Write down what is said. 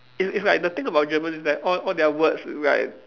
it's it's like the thing about German is that all all their words is like